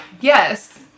yes